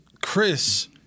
Chris—